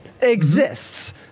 exists